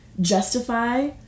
justify